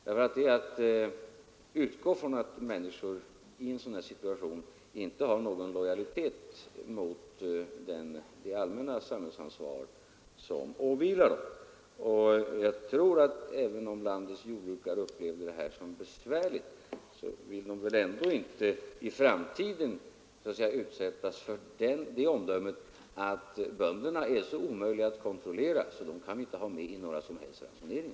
Det vore att utgå ifrån att människor i en sådan situation inte har någon lojalitet mot det samhälle som de också har ansvar för. Även om landets jordbrukare upplevde ransoneringen som någonting besvärligt vill de väl ändå inte i framtiden bli utsatta för det omdömet att bönderna är så omöjliga att kontrollera att dem kan vi inte ha med i någon som helst ransonering.